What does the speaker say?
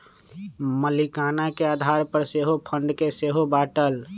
मलीकाना के आधार पर सेहो फंड के सेहो बाटल